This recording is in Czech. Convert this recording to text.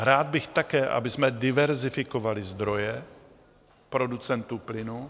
Rád bych také, abychom diverzifikovali zdroje producentů plynu.